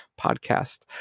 podcast